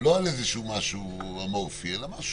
לא על משהו אמורפי, אלא אנחנו